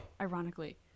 ironically